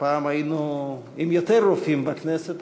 פעם היינו עם יותר רופאים בכנסת,